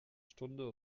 stunde